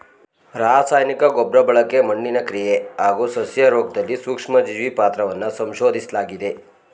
ರಾಸಾಯನಿಕ ಗೊಬ್ರಬಳಕೆ ಮಣ್ಣಿನ ಕ್ರಿಯೆ ಹಾಗೂ ಸಸ್ಯರೋಗ್ದಲ್ಲಿ ಸೂಕ್ಷ್ಮಜೀವಿ ಪಾತ್ರವನ್ನ ಸಂಶೋದಿಸ್ಲಾಗಿದೆ